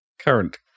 current